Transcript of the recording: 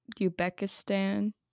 Uzbekistan